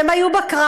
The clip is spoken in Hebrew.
והם היו בקרב,